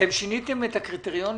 אתם שיניתם את הקריטריונים?